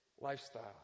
lifestyle